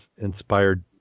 Inspired